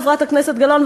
חברת הכנסת גלאון,